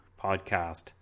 podcast